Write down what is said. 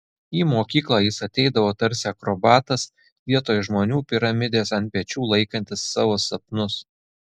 į mokyklą jis ateidavo tarsi akrobatas vietoj žmonių piramidės ant pečių laikantis savo sapnus